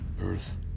earth